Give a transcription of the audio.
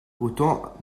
autant